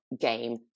game